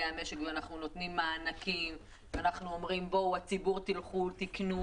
המשק ואנחנו נותנים מענקים ואומרים לציבור ללכת ולקנות,